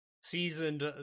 seasoned